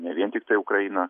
ne vien tiktai ukraina